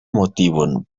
motivon